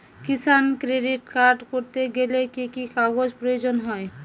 কিষান credit card করতে গেলে কি কি কাগজ প্রয়োজন হয়?